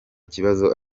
kibazo